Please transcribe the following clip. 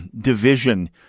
Division